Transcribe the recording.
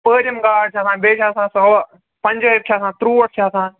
پٲرِم گاڈ چھےٚ آسان بیٚیہِ چھےٚ آسان سۄ ہُو پَنٛجٲبۍ چھےٚ آسان ٹرٛوٹ چھےٚ آسان